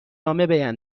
نامه